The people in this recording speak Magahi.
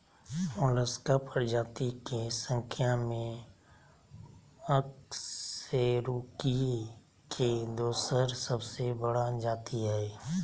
मोलस्का प्रजाति के संख्या में अकशेरूकीय के दोसर सबसे बड़ा जाति हइ